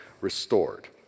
restored